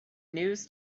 news